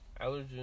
allergen